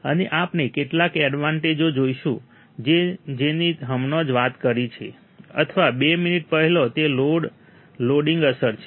અને આપણે કેટલાક એડવાન્ટેજો જોશું કે જેની મેં હમણાં જ વાત કરી છે અથવા બે મિનિટ પહેલાં તે લોડ લોડિંગ અસર છે